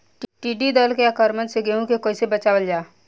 टिडी दल के आक्रमण से गेहूँ के कइसे बचावल जाला?